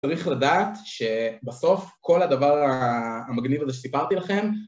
צריך לדעת שבסוף כל הדבר המגניב הזה שסיפרתי לכם